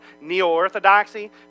neo-orthodoxy